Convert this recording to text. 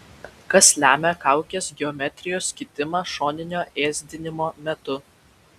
kas lemia kaukės geometrijos kitimą šoninio ėsdinimo metu